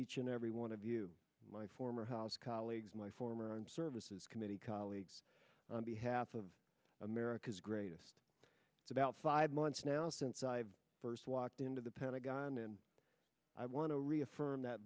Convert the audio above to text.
each and every one of you my former house colleagues my former armed services committee colleagues on behalf of america's greatest about five months now since i first walked into the pentagon and i want to reaffirm that